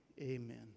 Amen